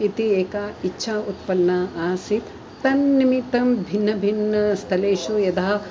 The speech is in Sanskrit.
इति एका इच्छा उत्पन्ना आसीत् तन्निमित्तं भिन्न भिन्न स्थलेषु यदा